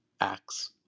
acts